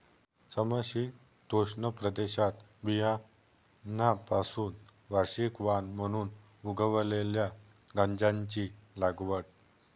समशीतोष्ण प्रदेशात बियाण्यांपासून वार्षिक वाण म्हणून उगवलेल्या गांजाची लागवड